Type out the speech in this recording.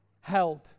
held